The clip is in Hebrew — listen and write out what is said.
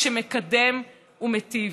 שמקדם ומיטיב.